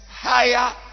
higher